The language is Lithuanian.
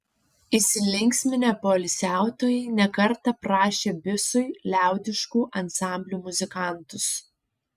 įsilinksminę poilsiautojai ne kartą prašė bisui liaudiškų ansamblių muzikantus